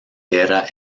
era